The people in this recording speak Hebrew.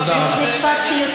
תודה רבה.